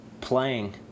Playing